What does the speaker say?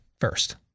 first